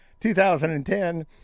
2010